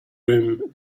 room